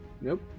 Nope